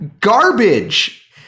garbage